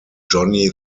johnny